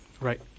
Right